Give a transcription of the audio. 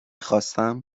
خواستم